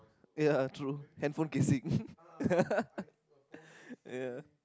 ya true handphone casing yeah